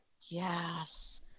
Yes